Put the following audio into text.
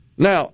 Now